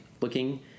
looking